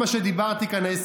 איזו שטחיות, לא מתאים לך.